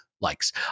likes